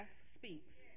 speaks